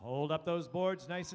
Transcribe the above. hold up those boards nice